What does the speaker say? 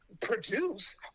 produce